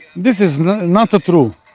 this is not a true.